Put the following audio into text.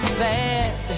sad